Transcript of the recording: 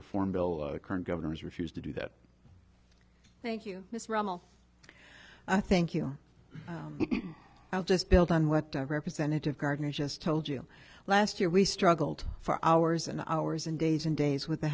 reform bill current governors refused to do that thank you mrs rummel i think you i'll just build on what representative gardner just told you last year we struggled for hours and hours and days and days with the